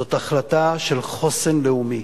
זאת החלטה של חוסן לאומי,